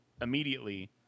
immediately